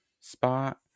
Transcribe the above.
spot